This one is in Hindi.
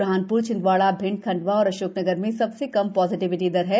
ब्रहान र छिंदवाडा भिंड खंडवा और अशोकनगर में सबसे कम ाजिटिविटी दर है